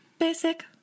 Basic